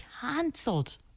cancelled